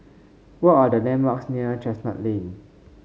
what are the landmarks near Chestnut Lane